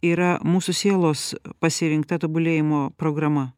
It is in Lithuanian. yra mūsų sielos pasirinkta tobulėjimo programa